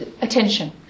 attention